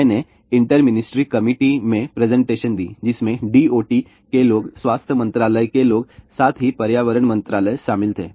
मैंने inter ministry committee में presentation दीं जिसमें DOT के लोग स्वास्थ्य मंत्रालय के लोग साथ ही पर्यावरण मंत्रालय शामिल थे